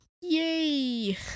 Yay